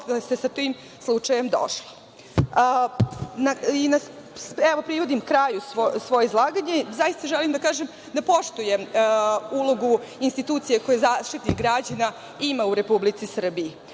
se sa tim slučajem došlo. Privodim kraju svoje izlaganje. Zaista želim da kažem da poštujem ulogu institucije koju Zaštitnik građana ima u Republici Srbiji.